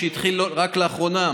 שהתחיל רק לאחרונה,